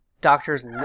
Doctors –